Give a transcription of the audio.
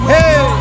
Hey